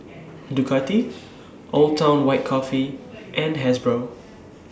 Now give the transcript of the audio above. Ducati Old Town White Coffee and Hasbro